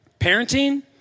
Parenting